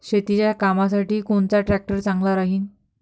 शेतीच्या कामासाठी कोनचा ट्रॅक्टर चांगला राहीन?